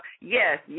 yes